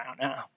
now